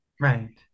Right